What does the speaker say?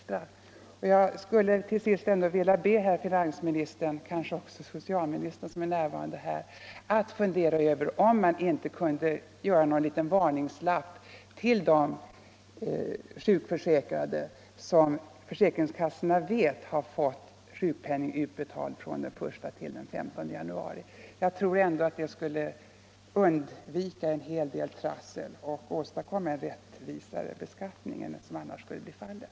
Jag skulle till sist vilja be herr finansministern och kanske också herr socialministern, som är närvarande, att fundera över om inte försäkringskassorna kunde skicka ut någon liten varningslapp till sådana sjukförsäkrade som man vet fått sjukpenning för december utbetalad under 17 tiden den 1 till 15 januari. Jag tror att man därigenom skulle undvika en hel del trassel och åstadkomma en rättvisare beskattning än som annars kan bli fallet.